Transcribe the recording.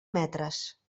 metres